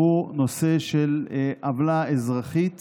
הנושא של עוולה אזרחית